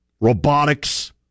robotics